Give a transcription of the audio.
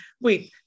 Wait